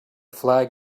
flag